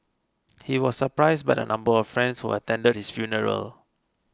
he was surprised by the number of friends who attended his funeral